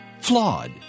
flawed